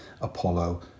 Apollo